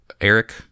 Eric